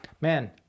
Man